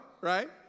right